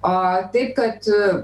o taip kad